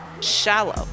shallow